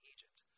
Egypt